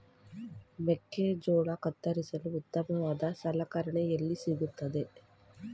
ಮೆಕ್ಕೆಜೋಳ ಕತ್ತರಿಸಲು ಉತ್ತಮವಾದ ಸಲಕರಣೆ ಎಲ್ಲಿ ಸಿಗುತ್ತದೆ?